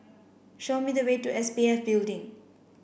show me the way to S P F Building